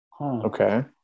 Okay